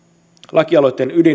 lakialoitteen ydin onkin